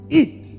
eat